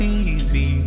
easy